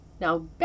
Now